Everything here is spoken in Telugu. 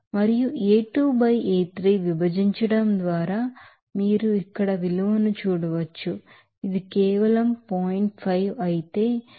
మరియు A2 by A3 విభజించడంద్వారా మీరు ఇక్కడ విలువను చూడవచ్చు ఇది కేవలం 0